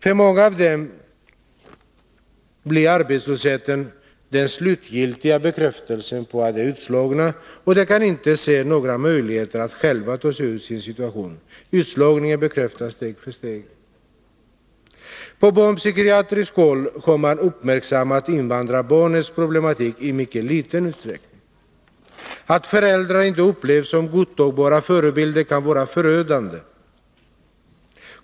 För många av dem blir arbetslösheten den slutliga bekräftelsen på att de är utslagna, och de kan inte se några möjligheter att själva ta sig ur sin situation — utslagningen bekräftas steg för steg. På barnpsykiatriskt håll har man uppmärksammat invandrarbarnens problematik i mycket liten utsträckning. Att föräldrar inte upplevs som godtagbara förebilder kan vara förödande.